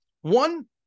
One